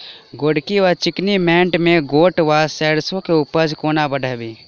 गोरकी वा चिकनी मैंट मे गोट वा सैरसो केँ उपज कोना बढ़ाबी?